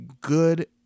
good